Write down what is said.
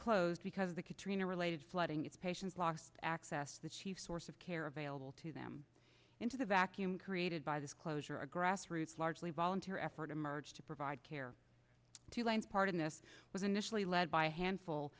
closed because of the katrina related flooding as patients lost access to the chief source of care available to them into the vacuum created by this closure a grassroots largely volunteer effort emerged to provide care to land part of this was initially led by a handful